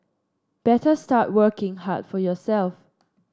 better start working hard for yourself